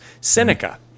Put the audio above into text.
Seneca